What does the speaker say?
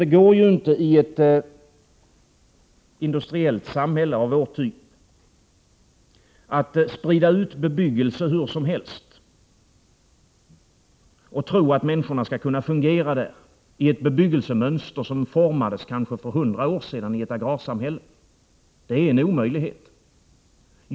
Det går inte i ett industriellt samhälle av vår typ att sprida ut bebyggelse hur som helst och tro att människorna skall kunna fungera där i ett bebyggelsemönster som formades för kanske 100 år sedan i ett agrarsamhälle. Det är en omöjlighet.